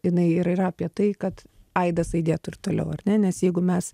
inai ir yra apie tai kad aidas aidėtų ir toliau ar ne nes jeigu mes